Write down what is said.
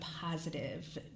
positive